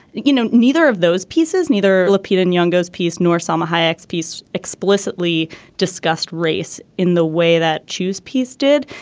you know neither of those pieces neither lapd and young goes peace nor salma hayek peace explicitly discussed race in the way that choose peace did.